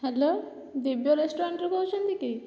hello Divya ରେଷ୍ଟୁରାଣ୍ଟରୁ କହୁଛନ୍ତି କି